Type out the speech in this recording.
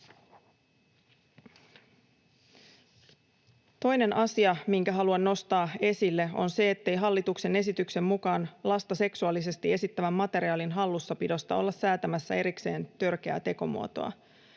Toinen asia, minkä haluan nostaa esille, on se, ettei hallituksen esityksen mukaan lasta seksuaalisesti esittävän materiaalin hallussapidosta olla säätämässä erikseen törkeää tekomuotoa.